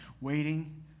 waiting